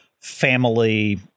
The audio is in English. family